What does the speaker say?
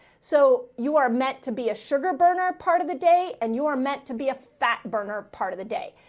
so you are meant to be a sugar burner part of the day, and you are meant to be a fat burner part of the day.